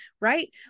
right